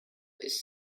ist